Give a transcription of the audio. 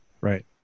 Right